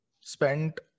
spent